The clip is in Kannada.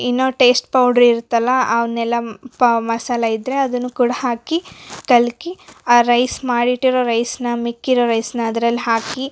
ಇನ್ನು ಟೇಸ್ಟ್ ಪೌಡ್ರ್ ಇರುತ್ತಲ್ಲ ಅವನ್ನೆಲ್ಲ ಪಾವ್ ಮಸಾಲೆ ಇದ್ದರೆ ಅದನ್ನು ಕೂಡ ಹಾಕಿ ಕಲ್ಕಿ ಆ ರೈಸ್ ಮಾಡಿಟ್ಟಿರೋ ರೈಸ್ನಾ ಮಿಕ್ಕಿರೋ ರೈಸ್ನಾ ಅದರಲ್ಲಿ ಹಾಕಿ